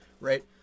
right